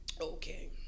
Okay